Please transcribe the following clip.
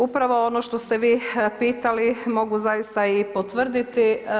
Upravo ono što ste vi pitali, mogu zaista i potvrditi.